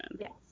Yes